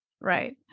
Right